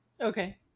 okay